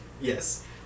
Yes